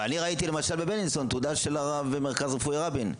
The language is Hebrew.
אבל אני ראיתי למשל בבילינסון תעודה של רב מרכז רפואי רבין.